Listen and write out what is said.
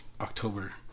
October